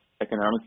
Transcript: economics